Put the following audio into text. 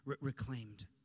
reclaimed